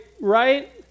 right